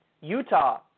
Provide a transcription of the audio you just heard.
Utah